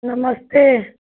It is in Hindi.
नमस्ते